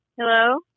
Hello